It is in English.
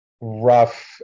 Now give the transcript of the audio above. rough